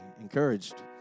encouraged